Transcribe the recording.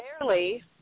Barely